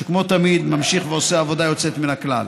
שכמו תמיד ממשיך ועושה עבודה יוצאת מן הכלל.